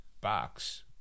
box